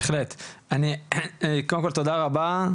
תודה רבה.